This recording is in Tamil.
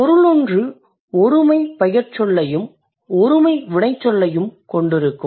பொருளொன்று ஒருமை பெயர்ச்சொல்லையும் ஒருமை வினைச்சொல்லையும் கொண்டிருக்கும்